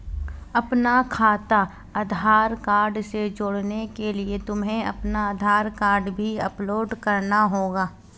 अपना खाता आधार कार्ड से जोड़ने के लिए तुम्हें अपना आधार कार्ड भी अपलोड करना होगा